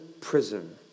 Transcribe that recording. prison